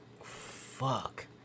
fuck